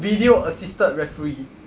video assisted referee